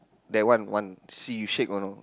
that one one see you shake or no